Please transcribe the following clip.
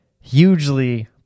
hugely